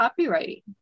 copywriting